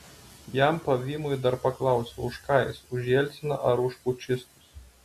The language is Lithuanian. jam pavymui dar paklausiau už ką jis už jelciną ar už pučistus